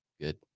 good